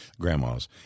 grandmas